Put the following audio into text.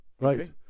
right